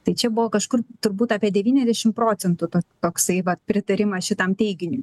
tai čia buvo kažkur turbūt apie devyniasdešim procentų tad toksai vat pritarimas šitam teiginiui